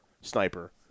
sniper